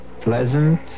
pleasant